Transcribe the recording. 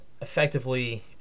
effectively